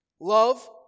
Love